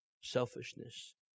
Selfishness